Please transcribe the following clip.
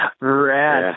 Right